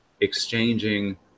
exchanging